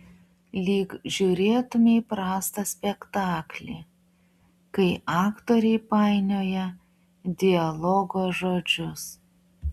lyg žiūrėtumei prastą spektaklį kai aktoriai painioja dialogo žodžius